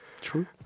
True